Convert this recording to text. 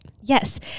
yes